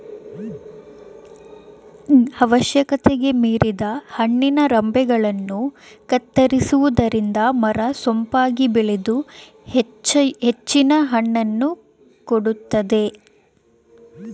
ಅವಶ್ಯಕತೆಗೆ ಮೀರಿದ ಹಣ್ಣಿನ ರಂಬೆಗಳನ್ನು ಕತ್ತರಿಸುವುದರಿಂದ ಮರ ಸೊಂಪಾಗಿ ಬೆಳೆದು ಹೆಚ್ಚಿನ ಹಣ್ಣು ಕೊಡುತ್ತದೆ